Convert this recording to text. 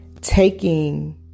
Taking